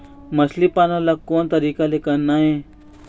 मछली पालन ला कोन तरीका ले करना ये?